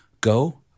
go